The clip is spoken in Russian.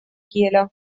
геля